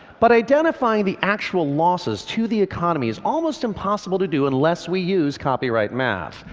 but identifying the actual losses to the economy is almost impossible to do unless we use copyright math.